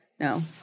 No